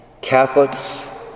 Catholics